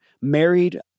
married